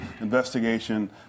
investigation